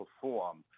perform